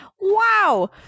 Wow